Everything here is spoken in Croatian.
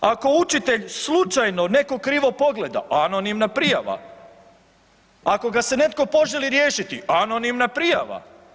Ako učitelj slučajno nekog krivo pogleda, anonimna prijava, ako ga se netko poželi riješiti, anonimna prijava.